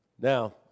Now